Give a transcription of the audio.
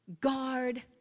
guard